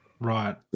Right